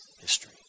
history